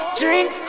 drink